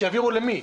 שיעבירו למי?